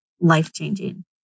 life-changing